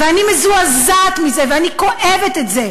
ואני מזועזעת מזה, ואני כואבת את זה.